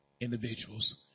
individuals